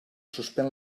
suspèn